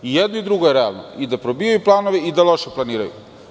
I jedno i drugo je realno, i da probijaju planove i da loše planiraju.